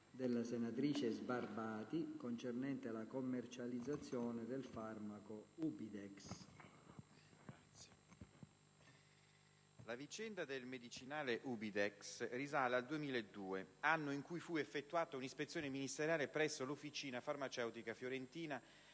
la vicenda del medicinale Ubidex risale al 2002, anno in cui fu effettuata un'ispezione ministeriale presso l'Officina farmaceutica fiorentina